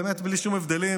באמת בלי שום הבדלים,